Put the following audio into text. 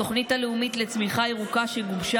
התוכנית הלאומית לצמיחה ירוקה שגובשה